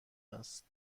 است